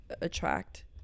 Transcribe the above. attract